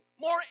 more